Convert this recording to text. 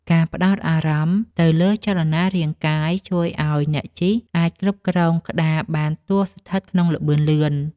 ការផ្ដោតអារម្មណ៍ទៅលើចលនារាងកាយ ជួយឱ្យអ្នកជិះអាចគ្រប់គ្រងក្ដារបានទោះស្ថិតក្នុងល្បឿនលឿន។